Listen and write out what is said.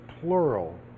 plural